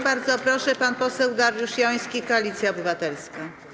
Bardzo proszę, pan poseł Dariusz Joński, Koalicja Obywatelska.